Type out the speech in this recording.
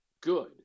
good